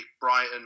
Brighton